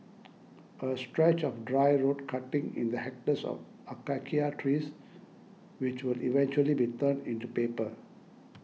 a stretch of dry road cutting in the hectares of Acacia trees which will eventually be turned into paper